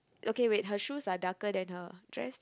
okay wait her shoes are darker than her dress